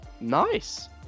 Nice